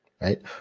right